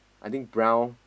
I think brown